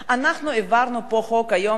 אנחנו העברנו פה חוק, היום דיברנו,